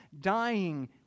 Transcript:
dying